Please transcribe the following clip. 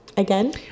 again